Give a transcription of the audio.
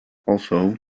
also